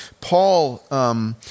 Paul